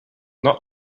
not